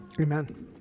Amen